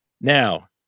Now